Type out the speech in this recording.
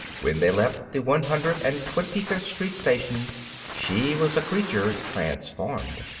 when they left the one hundred and twenty-fifth street station she was a creature transformed.